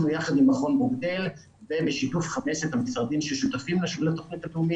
אנחנו יחד עם מכון ברוקדייל ובשיתוף חמשת המשרדים ששותפים לתכנית הלאומית